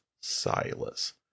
Silas